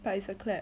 but is a clap